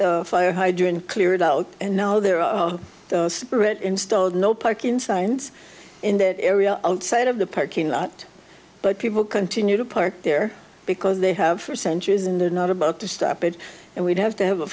the fire hydrant cleared out and now there are installed no parking signs in that area outside of the parking lot but people continue to park there because they have for centuries in the not about to stop it and we have to have a